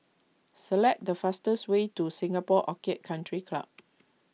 select the fastest way to Singapore Orchid Country Club